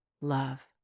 love